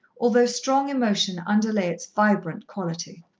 although strong emotion underlay its vibrant quality.